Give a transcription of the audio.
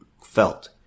felt